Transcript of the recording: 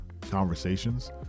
conversations